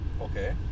okay